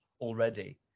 already